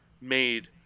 made